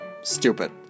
stupid